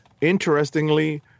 Interestingly